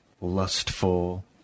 lustful